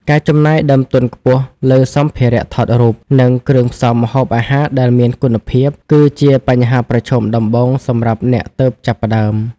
ការចំណាយដើមទុនខ្ពស់លើសម្ភារៈថតរូប និងគ្រឿងផ្សំម្ហូបអាហារដែលមានគុណភាព គឺជាបញ្ហាប្រឈមដំបូងសម្រាប់អ្នកទើបចាប់ផ្តើម។